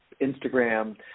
Instagram